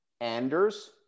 Anders